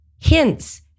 hints